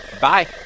Bye